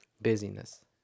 busyness